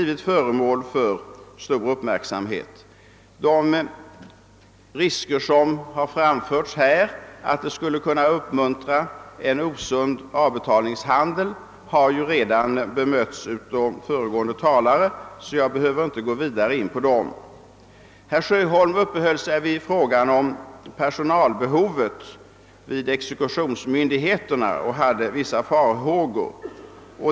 Vad som har framförts om att det är risk för att det skulle kunna uppmuntra en osund avbetalningshandel har ju redan bemötts av föregående talare, och jag behöver därför inte gå in på den saken. Herr Sjöholm uppehöll sig vid frågan om personalbehovet vid exekutionsmyndigheterna och uttalade vissa farhågor.